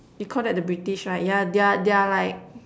you Call that the British right yeah they're they're like